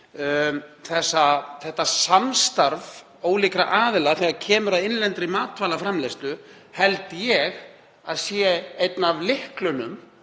þetta samstarf ólíkra aðila þegar kemur að innlendri matvælaframleiðslu held ég að sé einn af lyklunum